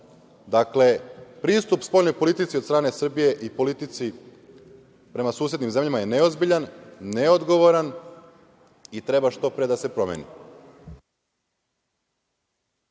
Dakle, pristup spoljnoj politici od strane Srbije i politici prema susednim zemljama je neozbiljan, neodgovoran i treba što pre da se promeni.